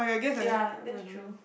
ya that's true